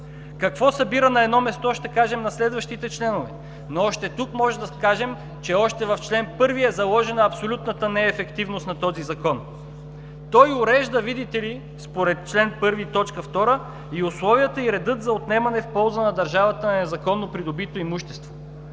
Какво събира на едно място ще кажем по следващите членове, но още тук можем да кажем, че в чл. 1 е заложена абсолютната неефективност на този Закон. Видите ли, той урежда, според чл. 1, т. 2, и условията и реда за отнемане в полза на държавата на незаконно придобито имущество.